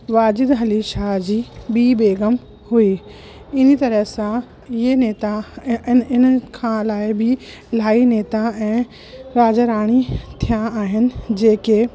वाजिदअली शाह जी ॿी बेगम हुई इन्ही तरह सां इहे नेता ऐं इन इन्हनि खां अलाए बि इलाही नेता ऐं राजा राणी थिया आहिनि जेके